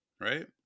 Right